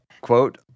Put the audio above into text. quote